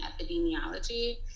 epidemiology